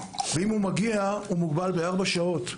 ואם הוא מגיע הוא מוגבל בארבע שעות,